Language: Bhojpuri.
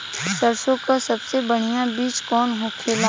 सरसों का सबसे बढ़ियां बीज कवन होखेला?